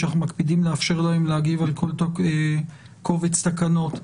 שאנחנו מקפידים לאפשר להם להגיב על כל קובץ תקנות,